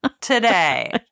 today